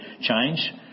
change